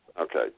okay